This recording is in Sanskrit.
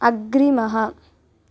अग्रिमः